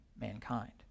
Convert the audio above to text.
mankind